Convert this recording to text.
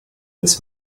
this